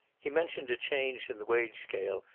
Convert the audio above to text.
he mentioned a change in the wage scale,